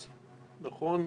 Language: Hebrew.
נכון?